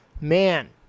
man